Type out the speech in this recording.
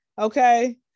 okay